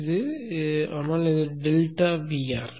இது ஒன்றும் இல்லை ஆனால் டெல்டா Vr